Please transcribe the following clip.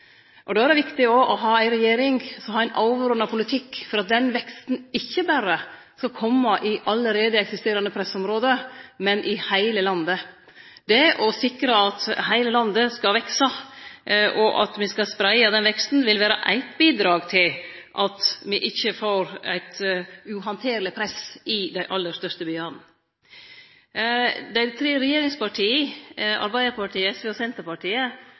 eksisterande pressområde, men i heile landet. Det å sikre at heile landet skal vekse, og at me spreier den veksten, vil vere eitt bidrag til at me ikkje får eit uhandterleg press i dei aller største byane. Dei tre regjeringspartia – Arbeidarpartiet, SV og Senterpartiet